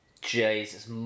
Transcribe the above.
Jesus